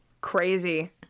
crazy